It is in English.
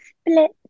split